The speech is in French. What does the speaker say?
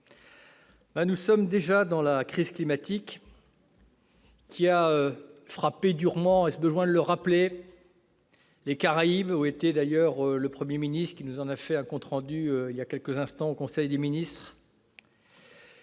Nous sommes déjà dans la crise climatique, qui a frappé durement, ai-je besoin de le rappeler ?, les Caraïbes, où s'est rendu le Premier ministre- il nous en a fait un compte rendu il y a quelques instants en conseil des ministres